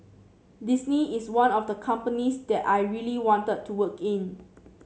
Disney is one of the companies that I really wanted to work in